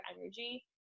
energy